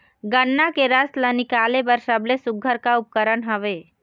गन्ना के रस ला निकाले बर सबले सुघ्घर का उपकरण हवए?